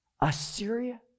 Assyria